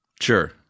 Sure